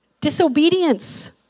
Disobedience